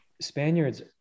Spaniards